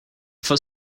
for